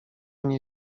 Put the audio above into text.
nie